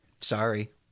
Sorry